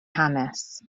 hanes